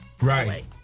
Right